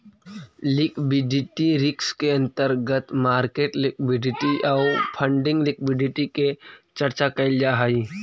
liquidity risk के अंतर्गत market liquidity आउ फंडिंग लिक्विडिटी के चर्चा कैल जा हई